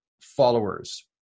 followers